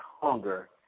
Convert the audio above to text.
hunger